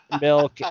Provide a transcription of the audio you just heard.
milk